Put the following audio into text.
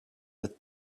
with